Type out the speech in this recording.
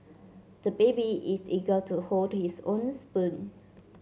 the baby is eager to hold his own spoon